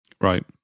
Right